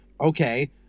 okay